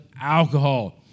alcohol